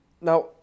Now